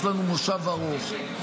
יש לנו מושב ארוך.